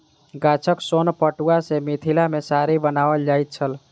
गाछक सोन पटुआ सॅ मिथिला मे साड़ी बनाओल जाइत छल